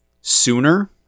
sooner